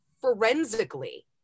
forensically